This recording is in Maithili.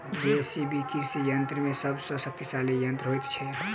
जे.सी.बी कृषि यंत्र मे सभ सॅ शक्तिशाली यंत्र होइत छै